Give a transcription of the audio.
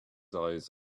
eyes